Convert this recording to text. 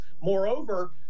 Moreover